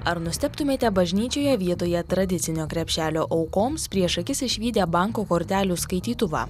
ar nustebtumėte bažnyčioje vietoje tradicinio krepšelio aukoms prieš akis išvydę banko kortelių skaitytuvą